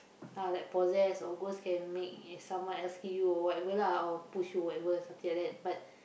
uh like possess or ghost can make someone else kill you or whatever lah or push you whatever something like that but